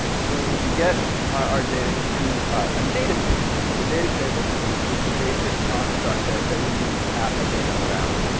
so we need to get our data into a data table. and the data table is the basic construct that that we use to pass our data around,